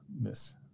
miss